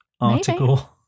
article